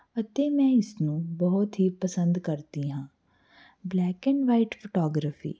ਅਤੇ ਮੈਂ ਇਸ ਨੂੰ ਬਹੁਤ ਹੀ ਪਸੰਦ ਕਰਦੀ ਹਾਂ ਬਲੈਕ ਐਂਡ ਵਾਈਟ ਫੋਟੋਗਰਾਫੀ